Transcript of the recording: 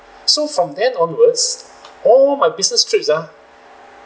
so from then onwards all my business trips uh